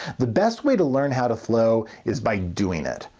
the best way to learn how to flow is by doing it.